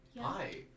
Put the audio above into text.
Hi